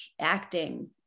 acting